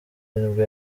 nibwo